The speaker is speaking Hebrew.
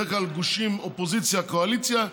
בדרך כלל גושי אופוזיציה קואליציה,